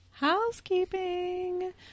housekeeping